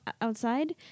outside